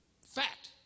Fact